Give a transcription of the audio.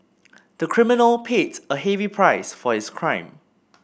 the criminal paid a heavy price for his crime